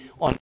on